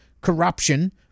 corruption